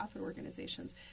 organizations